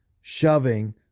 shoving